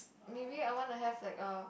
maybe I wanna have like a